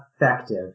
effective